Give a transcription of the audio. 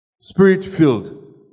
spirit-filled